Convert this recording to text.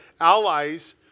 allies